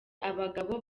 abagabo